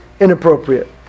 inappropriate